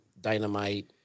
dynamite